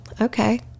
okay